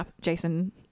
jason